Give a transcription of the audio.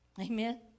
Amen